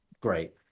great